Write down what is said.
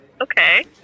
Okay